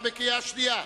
עברה בקריאה שנייה.